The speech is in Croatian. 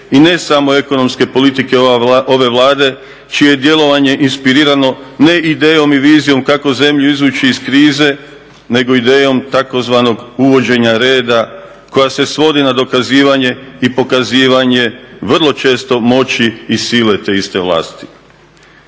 i ne samo ekonomske politike ove Vlade čije je djelovanje inspirirano ne idejom i vizijom kako zemlju izvući iz krize nego idejom tzv. uvođenja reda koja se svodi na dokazivanje i pokazivanje vrlo često moći i sile te iste vlasti.